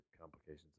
complications